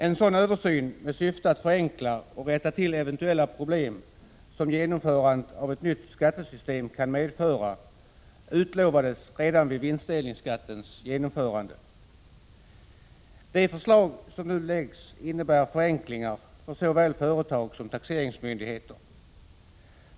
En sådan översyn, med syfte att förenkla och rätta till eventuella problem som genomförandet av ett nytt skattesystem kan medföra, utlovades redan vid vinstdelningsskattens genomförande. De förslag som nu läggs fram innebär förenklingar för såväl företag som taxeringsmyndigheter.